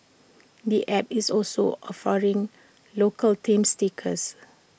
the app is also offering local themed stickers